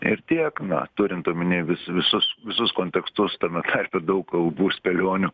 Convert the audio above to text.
ir tiek na turint omeny vis visus visus kontekstus tame tarpe daug kalbų spėlionių